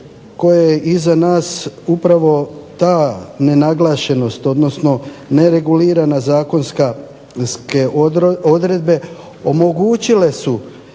koje je iza nas, upravo ta nenaglašenost, odnosno neregulirana zakonske odredbe omogućile su